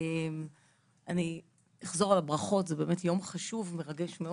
זה באמת יום חשוב, מאוד מרגש.